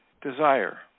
desire